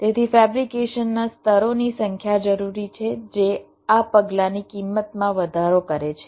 તેથી ફેબ્રિકેશનના સ્તરોની સંખ્યા જરૂરી છે જે આ પગલાંની કિંમતમાં વધારો કરે છે